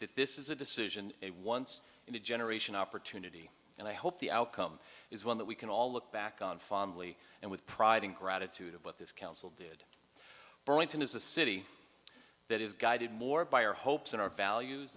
that this is a decision a once in a generation opportunity and i hope the outcome is one that we can all look back on fondly and with pride and gratitude of what this council did burlington is a city that is guided more by our hopes and our values